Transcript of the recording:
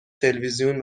تلویزیون